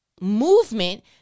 movement